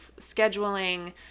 scheduling